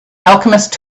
alchemist